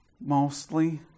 mostly